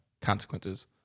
consequences